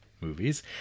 movies